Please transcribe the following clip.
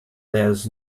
there’s